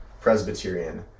Presbyterian